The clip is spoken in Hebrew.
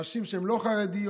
נשים שהן לא חרדיות,